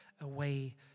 away